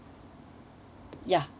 ya